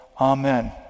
amen